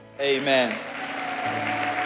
Amen